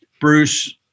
Bruce